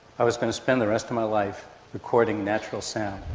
i was going to spend the rest of my life recording natural sound.